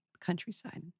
Countryside